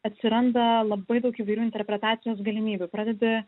atsiranda labai daug įvairių interpretacijos galimybių pradedi